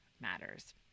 matters